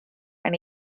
and